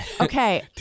Okay